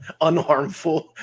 unharmful